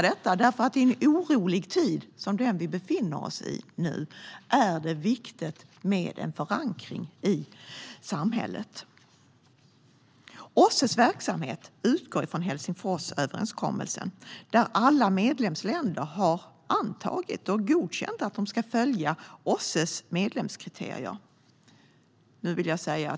I en orolig tid som denna är det viktigt med förankring i samhället. OSSE:s verksamhet utgår från Helsingforsöverenskommelsen. Alla medlemsländer har antagit och godkänt att de ska följa OSSE:s medlemskriterier.